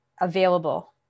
available